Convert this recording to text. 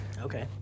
Okay